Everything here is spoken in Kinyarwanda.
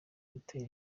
gutera